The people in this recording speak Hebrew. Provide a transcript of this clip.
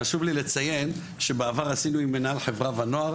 חשוב לי לציין שבעבר עשינו עם מנהל חברה ונוער